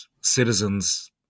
citizens